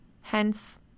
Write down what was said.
Hence